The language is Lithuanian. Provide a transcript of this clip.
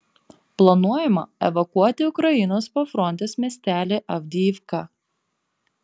planuojama evakuoti ukrainos pafrontės miestelį avdijivką